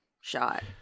shot